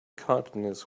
continents